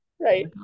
Right